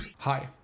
Hi